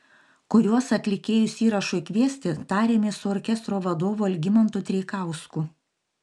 kuriuos atlikėjus įrašui kviesti tarėmės su orkestro vadovu algimantu treikausku